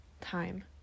Time